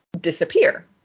disappear